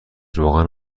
روغن